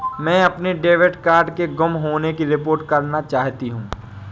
मैं अपने debit card के गुम होने की रिपोर्ट करना चाहती हूँ